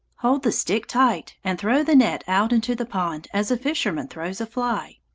hold the stick tight, and throw the net out into the pond as a fisherman throws a fly.